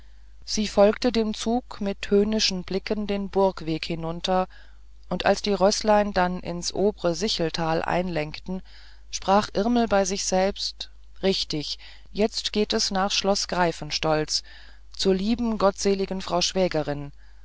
sie folgte dem zug mit höhnischen blicken den burgweg hinunter und als die rößlein dann ins obere sicheltal einlenkten sprach irmel bei sich selbst richtig jetzt geht es nach schloß greifenholz zur lieben gottseligen frau schwägerin